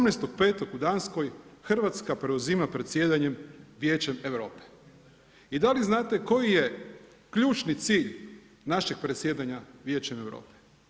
18.5. u DAnskoj Hrvatska preuzima predsjedanjem Vijećem Europe i da li znate koji je ključni cilj našeg predsjedanja Vijećem Europe?